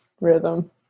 Rhythm